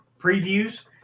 previews